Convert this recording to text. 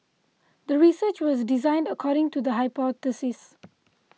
the research was designed according to the hypothesis